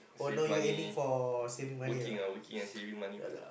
save money working ah working and saving money first ah